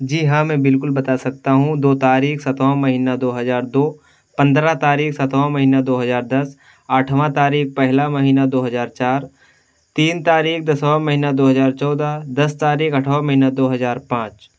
جی ہاں میں بالکل بتا سکتا ہوں دو تاریخ ساتواں مہینہ دو ہزار دو پندرہ تاریخ ساتواں مہینہ دو ہزار دس آٹھواں تاریخ پہلا مہینہ دو ہزار چار تین تاریخ دسواں مہینہ دو ہزار چودہ دس تاریخ آٹھواں مہینہ دو ہزار پانچ